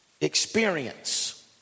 Experience